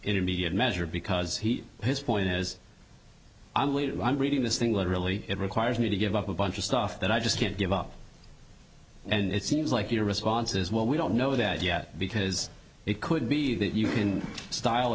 the measure because he his point is i'm reading this thing literally it requires me to give up a bunch of stuff that i just can't give up and it seems like your response is well we don't know that yet because it could be that you can style